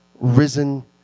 risen